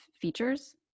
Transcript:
features